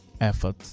effort